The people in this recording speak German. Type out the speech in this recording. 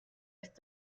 ist